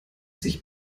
sich